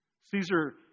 Caesar